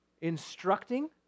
Instructing